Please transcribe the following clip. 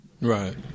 Right